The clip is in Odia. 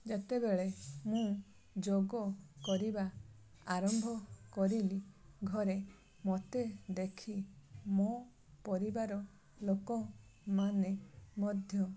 ଯେତେବେଳେ ମୁଁ ଯୋଗ କରିବା ଆରମ୍ଭ କରିଲି ଘରେ ମୋତେ ଦେଖି ମୋ ପରିବାର ଲୋକମାନେ ମଧ୍ୟ